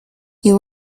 you